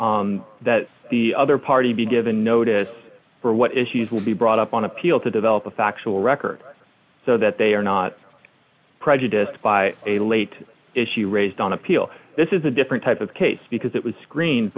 fairness that the other party be given notice for what issues will be brought up on appeal to develop a factual record so that they are not prejudiced by a late issue raised on appeal this is a different type of case because it was screen